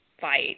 fight